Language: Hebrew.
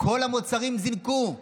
כל המוצרים זינקו,